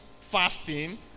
fasting